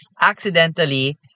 accidentally